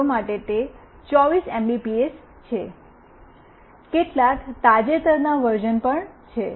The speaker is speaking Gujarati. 0 માટે તે 24 એમબીપીએસ છે કેટલાક તાજેતરના વર્ઝન પણ છે